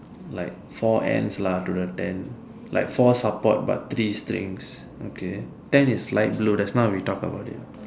like four ends lah to the tent like four support but three strings okay tent is light blue just now we talk about it